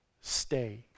stay